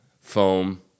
foam